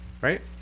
Right